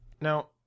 Now